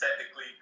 technically